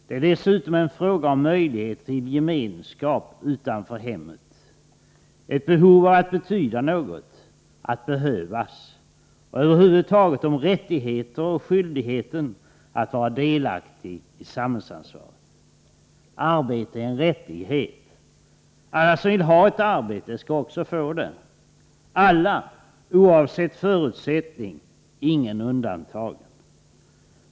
Det är dessutom en fråga om möjligheter till gemenskap utanför hemmet, ett behov av att betyda något — att behövas, och över huvud taget om rättigheten och skyldigheten att vara delaktig i samhällsansvaret. Arbete är en rättighet. Alla som vill ha ett arbete ska också få det — alla — oavsett förutsättning. Ingen undantagen.